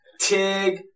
Tig